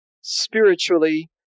spiritually